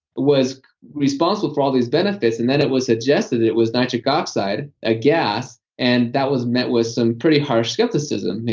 was responsible for all these benefits, and then it was suggested it was nitric oxide, a gas, and that was met with some pretty harsh skepticism.